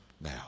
now